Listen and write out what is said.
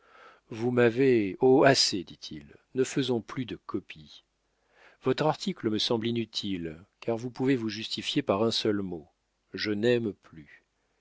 vous m'avez oh assez dit-il ne faisons plus de copie votre article me semble inutile car vous pouvez vous justifier par un seul mot je n'aime plus